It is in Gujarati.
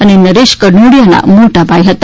અને નરેશ કનોડીયાના મોટા ભાઈ હતા